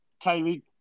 Tyreek